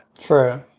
true